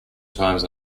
times